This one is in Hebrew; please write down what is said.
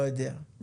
לא יודע.